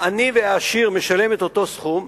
העני והעשיר משלמים את אותו סכום,